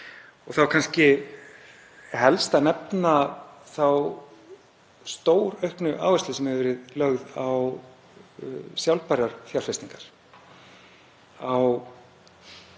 og þá er kannski helst að nefna þá stórauknu áherslu sem hefur verið lögð á sjálfbærar fjárfestingar,